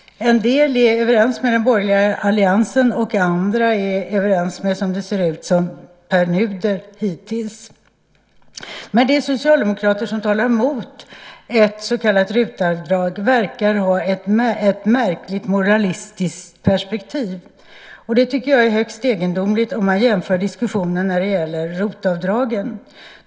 En del är överens med den borgerliga alliansen och andra är överens med Pär Nuder, som det ser ut hittills. De socialdemokrater som talar mot ett så kallat RUT-avdrag verkar ha ett märkligt moralistiskt perspektiv. Det tycker jag är högst egendomligt om man jämför med diskussionen när det gäller ROT-avdragen.